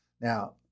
Now